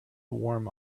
warm